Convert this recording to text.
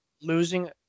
Losing